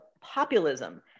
populism